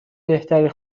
بهتری